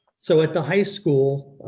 so at the high school,